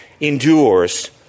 endures